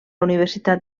universitat